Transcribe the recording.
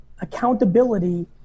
accountability